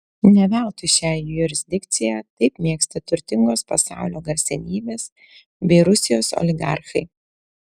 ne veltui šią jurisdikciją taip mėgsta turtingos pasaulio garsenybės bei rusijos oligarchai